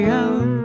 out